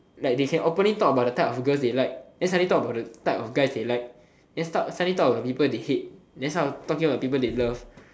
like they can openly talk about the type of girls they like then suddenly talk about the type of guys they like then suddenly talk about the people they hate then suddenly talk about the people they love